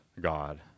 God